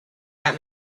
got